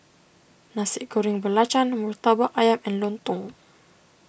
Nasi Goreng Belacan Murtabak Ayam and Lontong